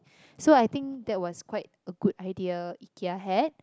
so I think that was quite a good idea Ikea had